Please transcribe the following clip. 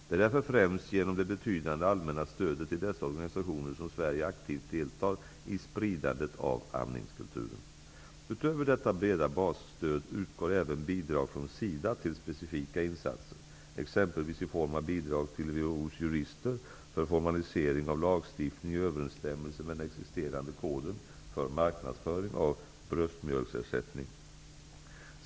Det är därför främst genom det betydande allmänna stödet till dessa organisationer som Sverige aktivt deltar i spridandet av ''amningskulturen''. Utöver detta breda basstöd utgår även bidrag från SIDA till specifika insatser, exempelvis i form av bidrag till WHO:s jurister för formalisering av lagstiftning i överensstämmelse med den existerande koden för marknadsföring av bröstmjölksersättning.